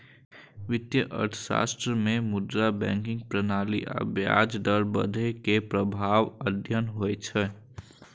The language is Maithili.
वित्तीय अर्थशास्त्र मे मुद्रा, बैंकिंग प्रणाली आ ब्याज दर बढ़ै के प्रभाव अध्ययन होइ छै